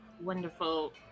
wonderful